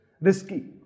risky